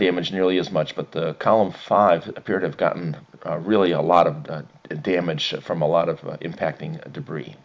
damaged nearly as much but the column five appear to have gotten really a lot of damage from a lot of impacting debris